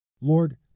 Lord